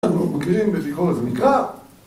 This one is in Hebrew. אנחנו מכירים בביקורת המקרא